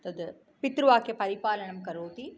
तद् पितृवाक्यपरिपालनं करोति